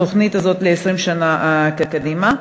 התוכנית הזאת היא ל-20 שנה קדימה.